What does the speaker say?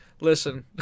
Listen